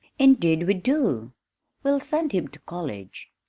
indeed we do we'll send him to college!